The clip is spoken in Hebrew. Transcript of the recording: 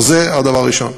זה הדבר הראשון.